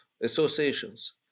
associations